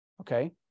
okay